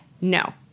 No